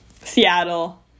Seattle